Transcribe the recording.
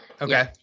okay